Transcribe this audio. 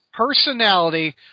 Personality